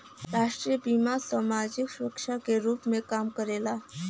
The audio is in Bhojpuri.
राष्ट्रीय बीमा समाजिक सुरक्षा के रूप में काम करला